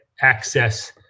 access